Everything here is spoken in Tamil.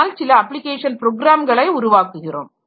அதனால் சில அப்ளிகேஷன் ப்ரோக்ராம்களை உருவாக்குகிறோம்